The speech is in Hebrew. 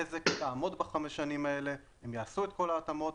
בזק תעמוד בחמש שנים הללו, הם יעשו את כל ההתאמות.